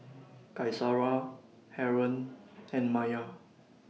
Qaisara Haron and Maya